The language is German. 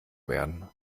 werden